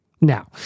Now